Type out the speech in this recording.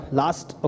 last